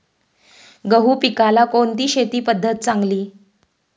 गहू पिकाला कोणती शेती पद्धत चांगली?